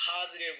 positive